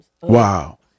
wow